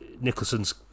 Nicholson's